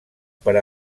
per